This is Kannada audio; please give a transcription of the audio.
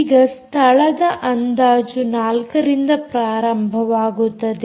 ಈಗ ಸ್ಥಳದ ಅಂದಾಜು 4ರಿಂದ ಪ್ರಾರಂಭವಾಗುತ್ತದೆ